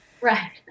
Right